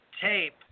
tape